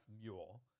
mule